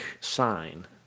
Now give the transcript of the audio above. Sign